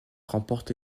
remporte